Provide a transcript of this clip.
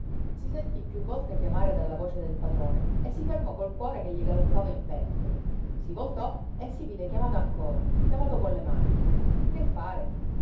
si sentí piú volte chiamare dalla voce del padrone e si fermò col cuore che gli galoppava in petto si voltò e si vide chiamato ancora chiamato con le mani che fare